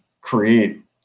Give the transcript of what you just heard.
create